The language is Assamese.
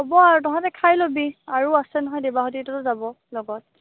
হ'ব আৰু তহঁতে খাই ল'বি আৰু আছে নহয় দেবাহুতিহঁতো যাব লগত